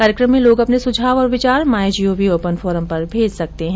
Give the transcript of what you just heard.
कार्यक्रम में लोग अपने सुझाव और विचार my G O V open forum पर भेज सकते हैं